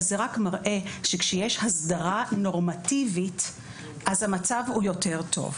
אבל זה מראה כשיש הסדרה נורמטיבית אז המצב הוא יותר טוב.